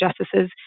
justices